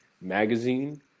Magazine